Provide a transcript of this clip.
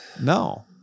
no